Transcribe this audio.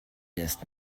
ist